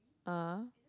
ah ah